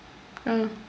ah